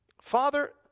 Father